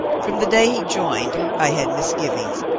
from the day he joined i had misgivings,